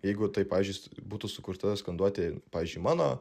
jeigu taip pavyzdžiui būtų sukurta skanduotė pavyzdžiui mano